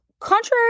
contrary